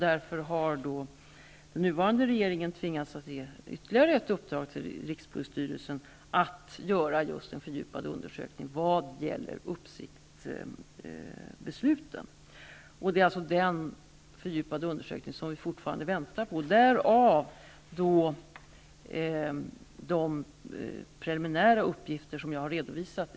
Därför har den nuvarande regeringen tvingats att ge ytterligare ett uppdrag till rikspolisstyrelsen, att göra just en fördjupad undersökning vad gäller uppsiktsbesluten. Det är alltså den fördjupade undersökningen som vi fortfarande väntar på. Därav de preliminära uppgifter som jag har redovisat.